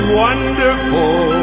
wonderful